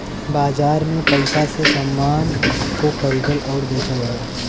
बाजार में पइसा से समान को खरीदल आउर बेचल जाला